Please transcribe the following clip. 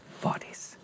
bodies